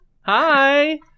Hi